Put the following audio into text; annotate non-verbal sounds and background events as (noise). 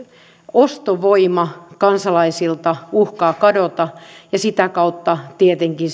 ostovoima kansalaisilta uhkaa kadota ja sitä kautta tietenkin (unintelligible)